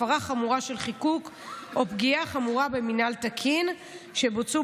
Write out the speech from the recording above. הפרה חמורה של חיקוק או פגיעה חמורה במינהל תקין שבוצעו